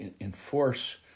enforce